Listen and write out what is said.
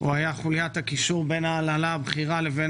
הוא היה חוליית הקישור בין ההנהלה הבכירה לבין